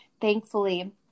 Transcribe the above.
Thankfully